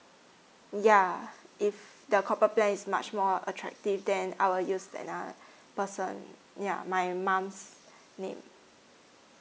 ya if the corporate plan is much more attractive then I'll use that uh person yeah my mom's name